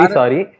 sorry